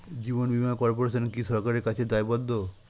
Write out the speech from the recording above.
জীবন বীমা কর্পোরেশন কি সরকারের কাছে দায়বদ্ধ?